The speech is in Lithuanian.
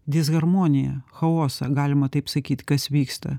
disharmoniją chaosą galima taip sakyt kas vyksta